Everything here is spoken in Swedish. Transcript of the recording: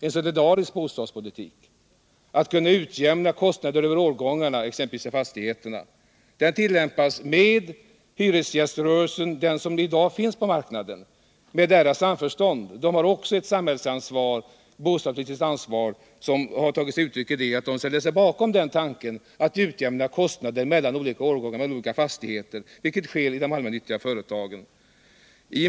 en solidarisk bostadspolitik och kunna utjämna kostnader mellan olika årgångar av fastigheter. Detta tillämpas i samförstånd med den hyresgäströrelse som i dag finns på marknaden. Hyresgäströrelsen hur ett bostadspolitiskt ansvar, som tagit sig uttryck i att rörelsen ställer sig bakom 60 tanken på att utjämna kostnader mellan olika årgångar av fastigheter, vilket sker i de allmännyttiga företagen.